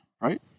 right